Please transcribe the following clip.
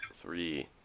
Three